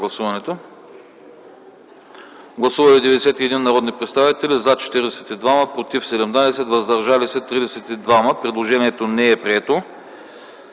Гласували 91 народни представители: за 42, против 17, въздържали се 32. Предложението не е прието.